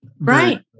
Right